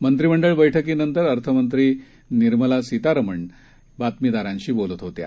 मंत्रीमंडळ बैठकीनंतर अर्थमंत्री निर्मला सीतारामन बातमीदारांशी बोलत होत्या